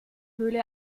höhle